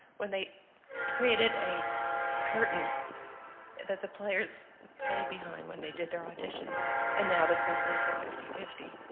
when they created a curtain that the players played behind when they did their auditions and now the symphonies are fifty fifty.